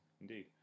indeed